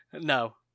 No